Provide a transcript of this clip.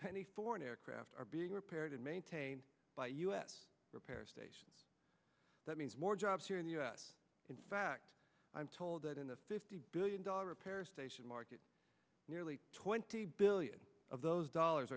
penny for an aircraft are being repaired and maintained by u s repair stations that means more jobs here in the u s in fact i'm told that in the fifty billion dollar repair station market nearly twenty billion of those dollars